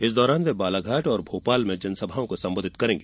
इस दौरान वे बालाघाट और भोपाल में जनसभा को संबोधित करेंगी